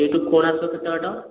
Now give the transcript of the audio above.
ସେଇଠୁ କୋଣାର୍କ କେତେ ବାଟ